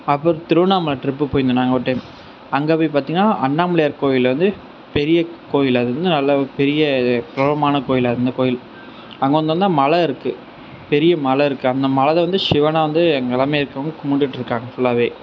அப்பறம் திருவண்ணாமலை ட்ரிப் போயிருந்தோம் நாங்கள் ஒரு டைம் அங்கே போய் பார்த்தோனா அண்ணாமலையார் கோவில்ல வந்து பெரிய கோயில் அதாவது நல்ல ஒரு பெரிய ஒரு பிரபலமான கோயில் அந்த கோயில் அங்கே வந்து என்னன்னா மலை இருக்குது பெரிய மலை இருக்குது அந்த மலலேருந்து ஷிவனை வந்து அங்கே எல்லாமே இருக்கவங்க கும்பிட்டுட்ருக்காங்க ஃபுல்லாவே